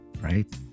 right